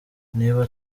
niba